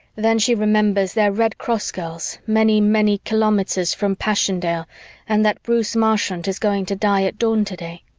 then she remembers they're red cross girls many, many kilometers from passchendaele and that bruce marchant is going to die at dawn today.